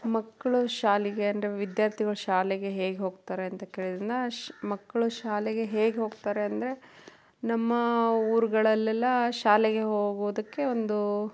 ಮಕ್ಕಳು ಶಾಲೆಗೆ ಅಂದರೆ ವಿದ್ಯಾರ್ಥಿಗಳು ಶಾಲೆಗೆ ಹೇಗೆ ಹೋಗ್ತಾರೆ ಅಂತ ಕೇಳಿದ್ದರಿಂದ ಶ್ ಮಕ್ಕಳು ಶಾಲೆಗೆ ಹೇಗೆ ಹೋಗ್ತಾರೆ ಅಂದರೆ ನಮ್ಮ ಊರುಗಳಲ್ಲೆಲ್ಲ ಶಾಲೆಗೆ ಹೋಗೋದಕ್ಕೆ ಒಂದು